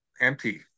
empty